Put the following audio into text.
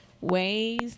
ways